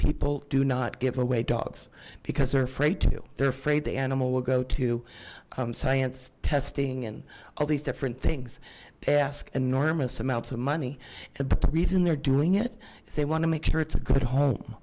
people do not give away dogs because they're afraid to their fate the animal will go to science testing and all these different things ask enormous amounts of money the reason they're doing it they want to make sure it's a good home